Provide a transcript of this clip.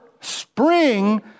spring